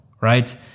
right